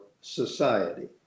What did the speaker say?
society